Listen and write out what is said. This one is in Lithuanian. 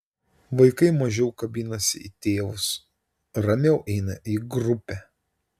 vaikai mažiau kabinasi į tėvus ramiau eina į grupę